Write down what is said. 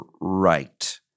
right